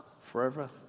forever